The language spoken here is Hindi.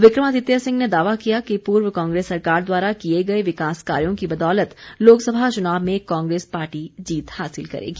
विक्रमादित्य सिंह ने दावा किया कि पूर्व कांग्रेस सरकार द्वारा किए गए विकास कार्यों की बदौलत लोकसभा चुनाव में कांग्रेस पार्टी जीत हासिल करेगी